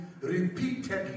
repeatedly